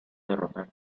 derrotar